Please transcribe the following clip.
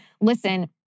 listen